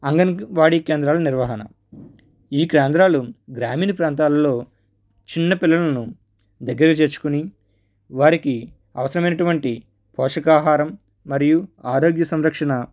అంగనవాడి కేంద్రాల నిర్వహణ ఈ కేంద్రాలు గ్రామీణ ప్రాంతాలలో చిన్నపిల్లలను దగ్గరికి చేర్చుకోని వారికి అవసరమైనటువంటి పోషక ఆహారం మరియు ఆరోగ్య సంరక్షణ